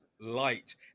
light